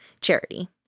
charity